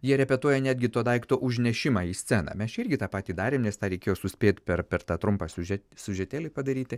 jie repetuoja netgi to daikto užnešimą į sceną mes čia irgi tą patį darėm nes tą reikėjo suspėt per tą trumpą siužetėlį padaryti